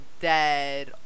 dead